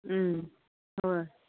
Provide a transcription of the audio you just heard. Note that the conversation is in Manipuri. ꯎꯝ ꯍꯣꯏ